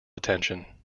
attention